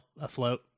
afloat